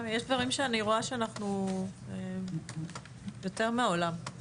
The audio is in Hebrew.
יש דברים שאני רואה שבהם אנחנו יותר מהעולם.